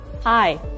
Hi